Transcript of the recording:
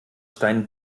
stein